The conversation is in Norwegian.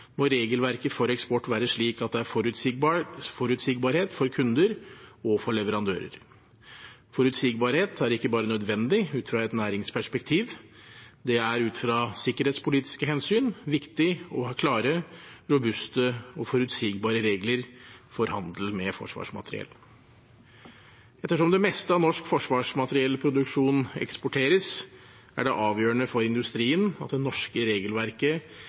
må regelverket for eksport være slik at det er forutsigbarhet for kunder og leverandører. Forutsigbarhet er ikke bare nødvendig ut fra et næringsperspektiv. Det er ut fra sikkerhetspolitiske hensyn viktig å ha klare, robuste og forutsigbare regler for handel med forsvarsmateriell. Ettersom det meste av norsk forsvarsmateriellproduksjon eksporteres, er det avgjørende for industrien at det norske regelverket